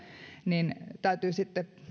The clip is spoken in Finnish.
niin täytyy sitten